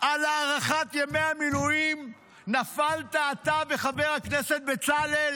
על הארכת ימי המילואים אתה וחבר הכנסת בצלאל